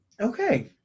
Okay